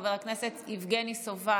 חבר הכנסת יבגני סובה,